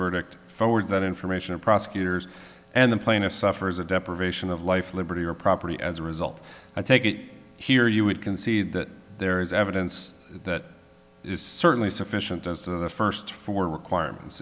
verdict forwards that information to prosecutors and the plaintiff suffers a deprivation of life liberty or property as a result i take it here you would concede that there is evidence that is certainly sufficient as of the first four requirements